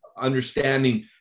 understanding